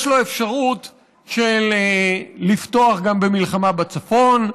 יש לו אפשרות לפתוח גם במלחמה בצפון,